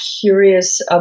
curious